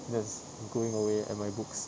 just going away at my books